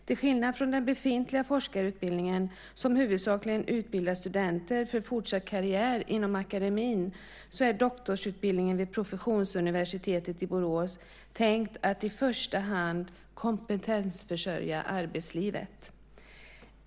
Till skillnad från den befintliga forskarutbildningen som huvudsakligen utbildar studenter för fortsatt karriär inom akademien är doktorsutbildningen vid professionsuniversitetet i Borås tänkt att i första hand kompetensförsörja arbetslivet.